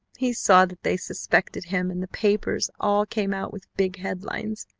he saw that they suspected him, and the papers all came out with big headlines,